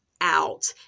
out